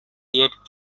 yet